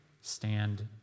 stand